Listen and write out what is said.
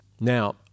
Now